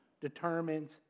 determines